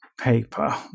paper